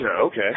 Okay